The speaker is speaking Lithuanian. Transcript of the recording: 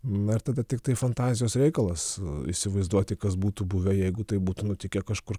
na ir tada tiktai fantazijos reikalas įsivaizduoti kas būtų buvę jeigu tai būtų nutikę kažkur kalnuose